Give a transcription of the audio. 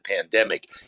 pandemic